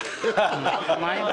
נמנעים,